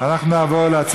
נמנעים, אין.